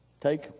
Take